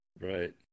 Right